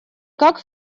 как